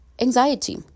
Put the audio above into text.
anxiety